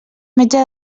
metge